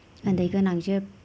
उन्दै गोनांजोब